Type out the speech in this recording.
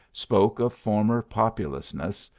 spoke of former popu lousness,